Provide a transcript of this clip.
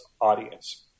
audience